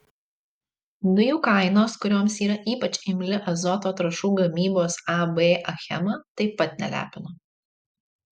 dujų kainos kurioms yra ypač imli azoto trąšų gamybos ab achema taip pat nelepino